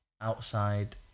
outside